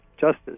justice